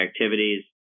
activities